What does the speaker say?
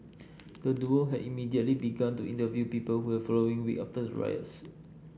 the Duo had immediately began to interview people who are following week after the riots